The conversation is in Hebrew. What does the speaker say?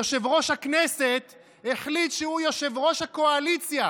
יושב-ראש הכנסת החליט שהוא יושב-ראש הקואליציה